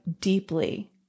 deeply